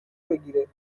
بگیره